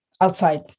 outside